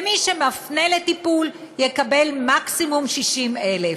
ומי שמפנה לטיפול יקבל מקסימום 60,000,